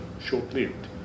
short-lived